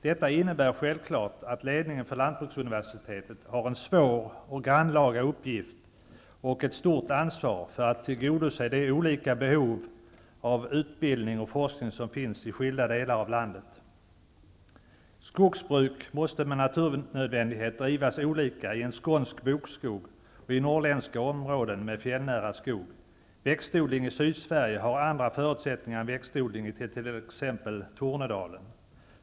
Detta innebär självfallet att ledningen för lantbruksuniversitetet har en svår och grannlaga uppgift och ett stort ansvar för att tillgodose de olika behov av utbildning och forskning som finns i skilda delar av landet. Skogsbruk måste med naturnödvändighet drivas olika i skånska bokskogar och i norrländska områden med fjällnära skog. Växtodling i Sydsverige har andra förutsättningar än växtodling i t.ex. Tornedalen.